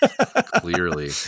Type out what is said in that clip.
Clearly